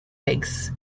legs